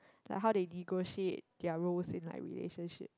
like how they negotiate their roles and like relationship